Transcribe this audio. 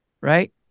Right